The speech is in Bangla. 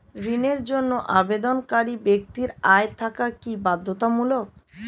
ঋণের জন্য আবেদনকারী ব্যক্তি আয় থাকা কি বাধ্যতামূলক?